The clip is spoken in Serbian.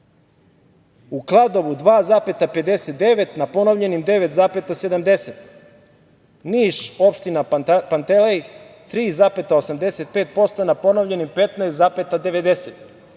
u Kladovu 2,59%, na ponovljenim 9,70%, Niš opština Pantelej 3,85%, na ponovljenim 15,90%,